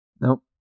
Nope